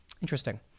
Interesting